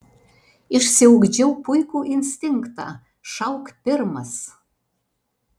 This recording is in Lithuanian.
išsiugdžiau puikų instinktą šauk pirmas